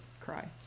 cry